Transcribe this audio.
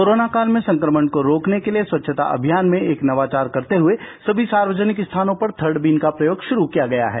corona काल में संक्रमण को रोकने के लिए स्वच्छता अभियान में एक नवाचार करते हुए सभी सार्वजनिक स्थानों पर थर्ड बीन का प्रयोग षुरू किया गया है